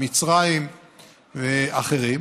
מצרים ואחרים,